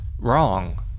wrong